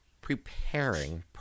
preparing